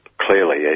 clearly